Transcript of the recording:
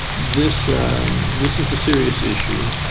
this this is a serious issue,